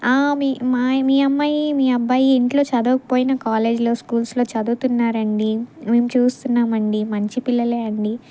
ఆ మీ అమ్మాయి మీ అబ్బాయి ఇంట్లో చదువకపోయినా కాలేజ్లో స్కూల్స్లో చదువుతున్నారు అండి మేము చూస్తున్నాము అండి మంచి పిల్లలే అండి